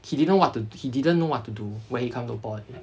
he didn't want to he didn't know what to do when you come to poly